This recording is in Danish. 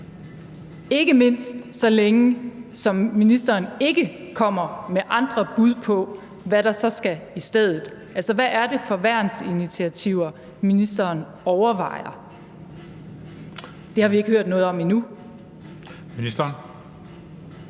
ikke mindst så længe ministeren ikke kommer med andre bud på, hvad der så skal i stedet. Altså, hvad er det for værnsinitiativer, ministeren overvejer? Det har vi ikke hørt noget om endnu. Kl.